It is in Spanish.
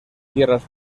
tierras